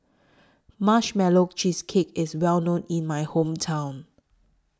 Marshmallow Cheesecake IS Well known in My Hometown